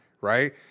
right